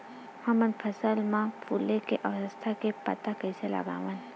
हमन फसल मा फुले के अवस्था के पता कइसे लगावन?